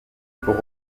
pour